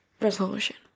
resolution